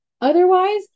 Otherwise